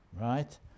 right